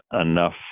enough